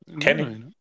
Kenny